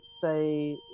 say